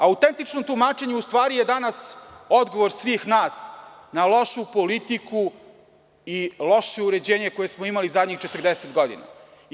Autentično tumačenje u stvari je danas odgovor svih nas na lošu politiku i loše uređenje koje smo imali zadnjih 40 godina.